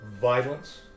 violence